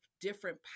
different